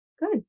Good